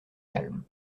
calme